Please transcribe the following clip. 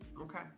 Okay